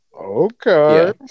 Okay